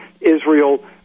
Israel